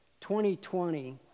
2020